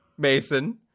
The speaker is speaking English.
mason